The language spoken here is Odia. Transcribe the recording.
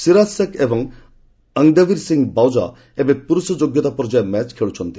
ସିରାଜ ଶେଖ୍ ଏବଂ ଅଙ୍ଗଦବୀର ସିଂହ ବାଜୱା ଏବେ ପୁରୁଷ ଯୋଗ୍ୟତା ପର୍ଯ୍ୟାୟ ମ୍ୟାଚ୍ ଖେଳୁଛନ୍ତି